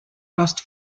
lost